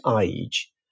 age